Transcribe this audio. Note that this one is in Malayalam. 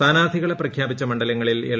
സ്ഥാനാർത്ഥികളെ പ്രഖ്യാപിച്ച മണ്ഡലങ്ങളിൽ എൽ